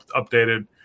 updated